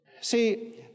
See